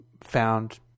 found